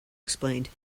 explained